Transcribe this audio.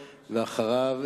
ואחריו,